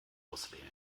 auswählen